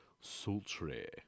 sultry